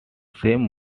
same